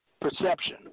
perception